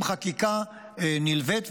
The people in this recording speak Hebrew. עם חקיקה נלווית,